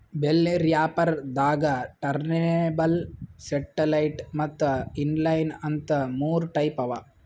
bell wrapper ದಾಗಾ turntable satellite ಮತ್ತ್ inline ಅಂತ್ ಮೂರ್ ಟೈಪ್ ಅವಾ